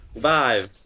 Five